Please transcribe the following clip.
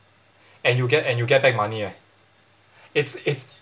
and you get and you get back money eh it's it's